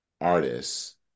artists